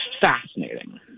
fascinating